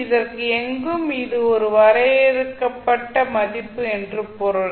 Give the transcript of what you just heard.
இதற்கு எங்கும் இது ஒரு வரையறுக்கப்பட்ட மதிப்பு என்று பொருள்